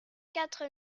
quatre